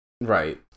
Right